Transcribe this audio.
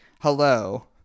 Hello